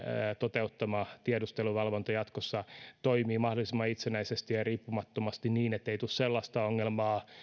toteuttama tiedusteluvalvonta jatkossa toimii mahdollisimman itsenäisesti ja ja riippumattomasti niin ettei tule sellaista ongelmaa